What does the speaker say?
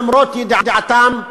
למרות ידיעתם,